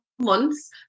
months